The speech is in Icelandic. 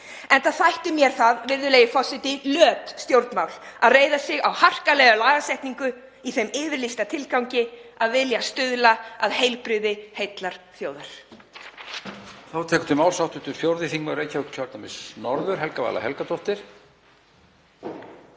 enda þætti mér það, virðulegi forseti, löt stjórnmál að reiða sig á harkalega lagasetningu í þeim yfirlýsta tilgangi að vilja stuðla að heilbrigði heillar þjóðar.